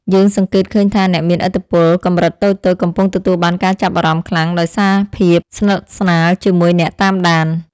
យើងសង្កេតឃើញថា អ្នកមានឥទ្ធិពលកម្រិតតូចៗកំពុងទទួលបានការចាប់អារម្មណ៍ខ្លាំងដោយសារភាពស្និទ្ធស្នាលជាមួយអ្នកតាមដាន។